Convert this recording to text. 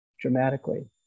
dramatically